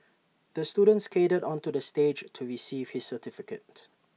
the student skated onto the stage to receive his certificate